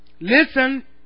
Listen